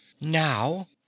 Now